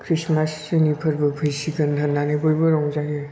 Christmas जोंनि फोरबो फैसिगोन होननानै बयबो रंजायो